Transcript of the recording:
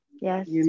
Yes